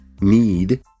need